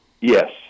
Yes